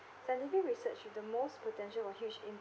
scientific research with the most potential of huge